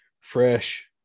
fresh